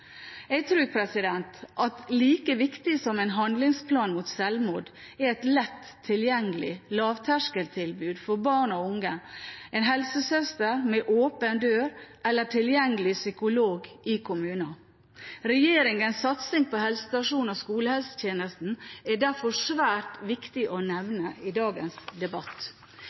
Jeg tror at like viktig som en handlingsplan mot sjølmord, er et lett tilgjengelig lavterskeltilbud for barn og unge, en helsesøster med åpen dør eller tilgjengelig psykolog i kommunen. Regjeringens satsing på helsestasjons- og skolehelsetjenesten er derfor svært viktig å nevne i dagens debatt.